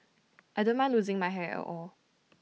I don't mind losing my hair at all